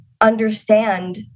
understand